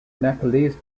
nepalese